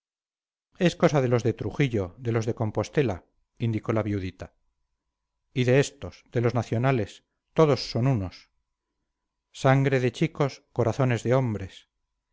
es cosa de los de trujillo de los de compostela indicó la viudita y de estos de los nacionales todos son unos sangre de chicos corazones de hombres